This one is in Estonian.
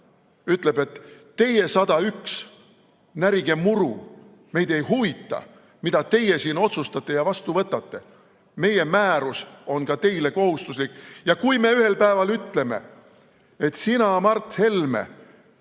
ütleb, et teie, 101, närige muru, meid ei huvita, mida teie siin otsustate ja vastu võtate, meie määrus on ka teile kohustuslik. Kui me ühel päeval ütleme, et sina, Mart Helme,